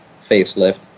facelift